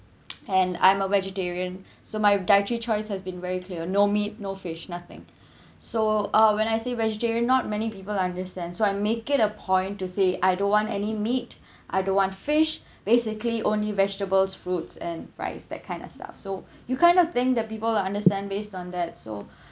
and I'm a vegetarian so my dietary choice has been very clear no meat no fish nothing so uh when I say vegetarian not many people understand so I make it a point to say I don't want any meat I don't want fish basically only vegetables fruits and rice that kind of stuff so you kind of think the people are understand based on that so